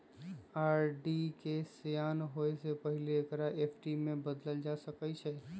RD के सेयान होय से पहिले एकरा एफ.डी में न बदलल जा सकइ छै